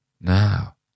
Now